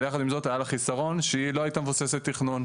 אבל יחד עם זאת היה לה חסרון שהיא לא הייתה מבוססת תכנון.